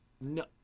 No